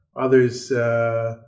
Others